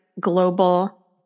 global